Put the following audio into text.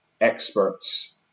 experts